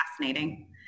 fascinating